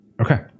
Okay